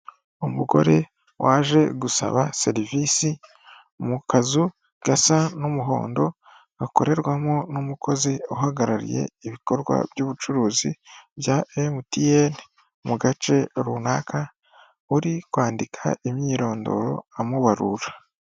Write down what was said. Umugore waje gusaba serivisi mu kazu gasa n'umuhondo gakorerwamo n'umukozi uhagarariye ibikorwa by'ubucuruzi bya MTN mu gace runaka, uri kwandika imyirondoro amubarura.